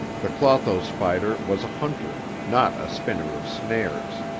the clotho spider was a hunter, not a spinner of snares.